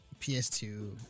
PS2